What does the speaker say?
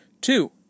Two